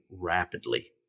rapidly